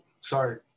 sorry